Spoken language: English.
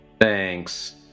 Thanks